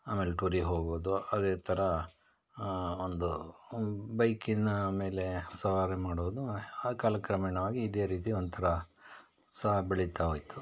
ಆಮೇಲೆ ಟೂರಿಗೆ ಹೋಗೋದು ಅದೇ ಥರ ಒಂದು ಬೈಕಿನ ಮೇಲೇ ಸವಾರಿ ಮಾಡೋದು ಕಾಲಕ್ರಮೇಣವಾಗಿ ಇದೇ ರೀತಿ ಒಂಥರ ಸಹ ಬೆಳೀತಾ ಹೋಯಿತು